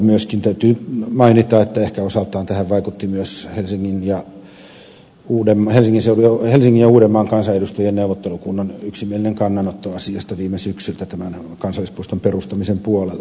myöskin täytyy mainita että ehkä osaltaan tähän vaikutti myös helsingin ja uudenmaan kansanedustajien neuvottelukunnan yksimielinen kannanotto asiasta viime syksyltä tämän kansallispuiston perustamisen puolesta